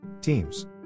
Teams